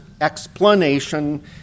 explanation